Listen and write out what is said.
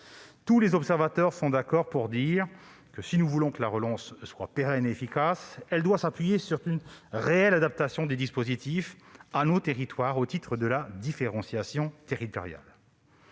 Tous les observateurs sont d'accord pour dire que, si nous voulons que la relance soit pérenne et efficace, elle doit s'appuyer sur une réelle adaptation des dispositifs à nos territoires, au titre de la différenciation territoriale.